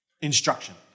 instruction